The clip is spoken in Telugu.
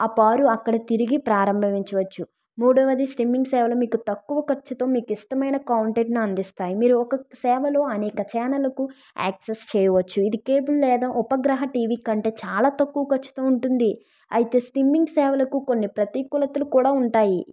ఆ పారు అక్కడ తిరిగి ప్రారంభించవచ్చు మూడవది స్టిమ్మింగ్ సేవలు మీకు తక్కువ ఖర్చుతో మీకు ఇష్టమైన కాంటెంట్ ను అందిస్తాయ్ మీరు ఒకొక సేవలు అనేక ఛానళ్ళకు యాక్సస్ చేయవచ్చు ఇది కేబుల్ లేదా ఉపగ్రహ టీవీ కంటే చాలా తక్కువ ఖర్చుతో ఉంటుంది అయితే స్టిమ్మింగ్ సేవలకు కొన్ని ప్రతికూలతలు కూడా ఉంటాయి